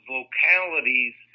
localities